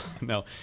no